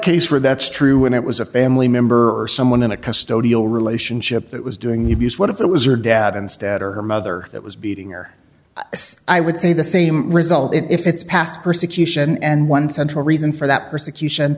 case where that's true when it was a family member or someone in a custodial relationship that was doing it use what if it was her dad instead or her mother that was beating her i would say the same result if it's past persecution and one central reason for that persecution